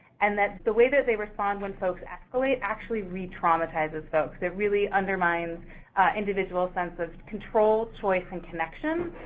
and that the way that they respond when folks escalate actually retraumatizes folks. it really undermines a individual's sense of control, choice, and connection,